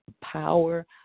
power